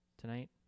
tonight